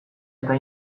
eta